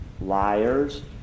liars